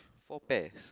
four pairs